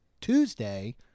Tuesday